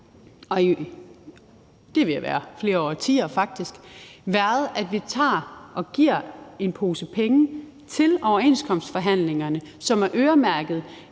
at have været igennem flere årtier – at vi tager og giver en pose penge til overenskomstforhandlingerne, som er øremærket